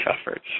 efforts